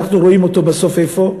אנחנו רואים אותו בסוף איפה?